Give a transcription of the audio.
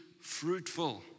fruitful